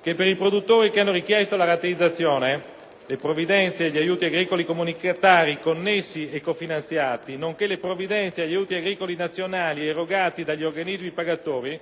che per i produttori che hanno richiesto la rateizzazione le provvidenze e gli aiuti agricoli comunitari, connessi e cofinanziati, nonché le provvidenze e gli aiuti agricoli nazionali erogati dagli organismi pagatori